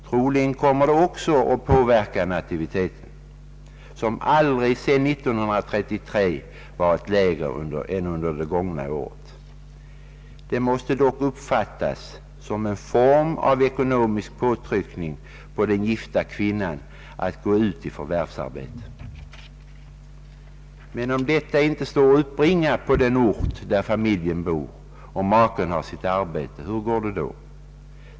Troligen kommer det också att påverka nativiteten, som inte sedan 1933 varit lägre än under det gångna året. Det måste dock uppfattas som en form av ekonomisk påtryckning på den gifta kvinnan att gå ut i förvärvsarbete. Men om detta inte står att uppbringa på den ort där familjen bor och maken har sitt arbete, hur går det då?